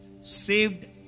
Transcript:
Saved